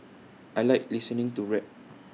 I Like listening to rap